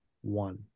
one